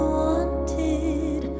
wanted